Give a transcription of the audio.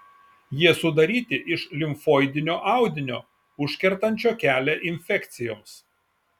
jie sudaryti iš limfoidinio audinio užkertančio kelią infekcijoms